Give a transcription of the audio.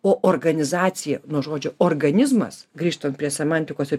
o organizacija nuo žodžio organizmas grįžtant prie semantikos ir